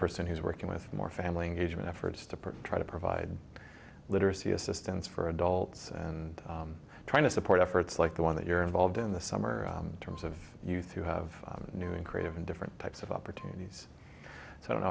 person who's working with more family and ajman efforts to print try to provide literacy assistance for adults and trying to support efforts like the one that you're involved in the summer terms of youth you have new and creative and different types of opportunities so i don't know